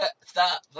Stop